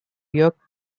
york